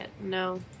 No